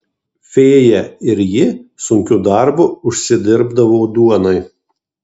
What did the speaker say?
fėja ir ji sunkiu darbu užsidirbdavo duonai